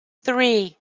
three